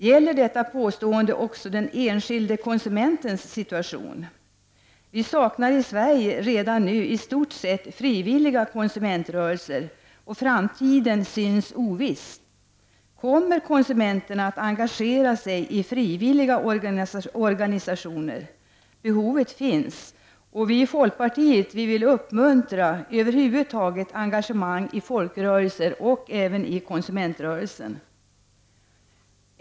Gäller detta påstående också den enskilde konsumentens situation? Vi saknar i Sverige redan nu i stort sett frivilliga konsumentrörelser och framtiden synes oviss. Kommer konsumenterna att engagera sig i frivilliga organisationer? Behovet finns. Vi i folkpartiet vill över huvud taget uppmuntra engagemang i folkrörelser liksom även i konsumentrörelsen.